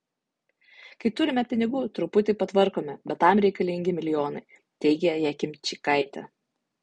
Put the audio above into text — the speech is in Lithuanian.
kai turime pinigų truputį patvarkome bet tam reikalingi milijonai teigia jakimčikaitė